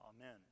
Amen